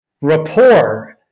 rapport